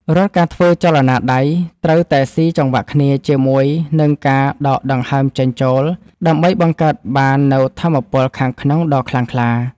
រាល់ការធ្វើចលនាដៃ ត្រូវតែស៊ីចង្វាក់គ្នាជាមួយនឹងការដកដង្ហើមចេញចូល ដើម្បីបង្កើតបាននូវថាមពលខាងក្នុងដ៏ខ្លាំងក្លា។